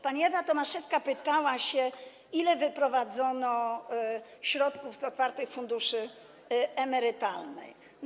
Pani Ewa Tomaszewska pytała się, ile wyprowadzono środków z otwartych funduszy emerytalnych.